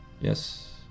yes